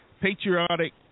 patriotic